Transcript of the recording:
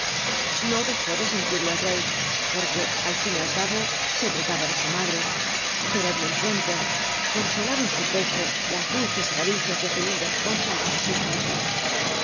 no d jó de sentirlo el rey porque al fin y al cabo se trataba de su madre pero bien pronto consolaron su pecho las dulces caricias de su linda esposa y de sus hijos